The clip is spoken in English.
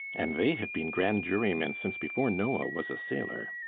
and they have been grand-jurymen since before noah was a sailor.